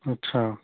اچھا